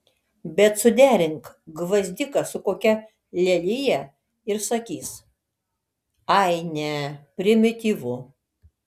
bet suderink gvazdiką su kokia lelija ir sakys ai ne primityvu